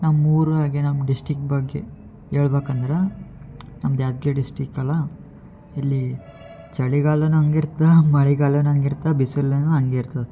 ನಮ್ಮ ಊರು ಹಾಗೆ ನಮ್ಮ ಡಿಸ್ಟಿಕ್ ಬಗ್ಗೆ ಹೇಳ್ಬೇಕಂದ್ರ ನಮ್ದು ಯಾದ್ಗಿರಿ ಡಿಸ್ಟಿಕ್ ಅಲ್ವಾ ಇಲ್ಲಿ ಚಳಿಗಾಲವೂ ಹಂಗ್ ಇರ್ತೆ ಮಳೆಗಾಲವೂ ಹಂಗ್ ಇರ್ತೆ ಬಿಸಿಲೂ ಹಂಗೆ ಇರ್ತದೆ